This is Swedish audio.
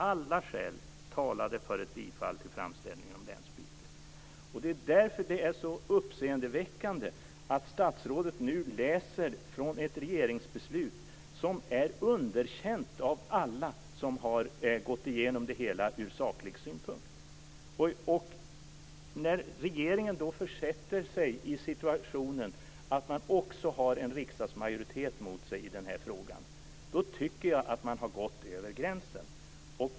Alla skäl talade för ett bifall till framställan om länsbyte. Det är därför som det är så uppseendeväckande att statsrådet nu läser från ett regeringsbeslut som är underkänt av alla som har gått igenom det hela ur saklig synpunkt. När regeringen också försätter sig i den situationen att man har en riksdagsmajoritet mot sig i den här frågan tycker jag att man har gått över gränsen.